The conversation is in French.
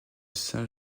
saint